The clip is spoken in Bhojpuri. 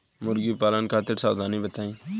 मुर्गी पालन खातिर सावधानी बताई?